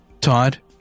Todd